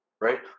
right